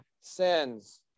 sins